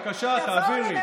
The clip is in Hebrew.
בבקשה, תעבירי.